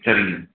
சரிங்க